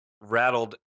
rattled